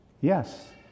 yes